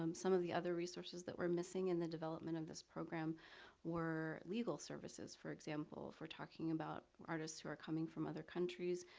um some of the other resources that were missing in the development of this program were legal services, for example, for talking about artists who are coming from other countries.